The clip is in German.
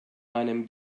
einem